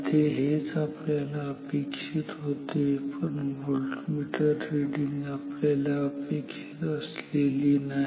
इथे हेच आपल्याला अपेक्षित होते पण व्होल्टमीटर रिडींग आपल्याला अपेक्षित असलेली नाही